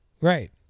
Right